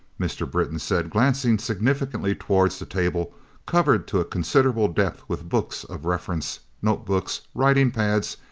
mr. britton said, glancing significantly towards the table covered to a considerable depth with books of reference, note-books, writing-pads,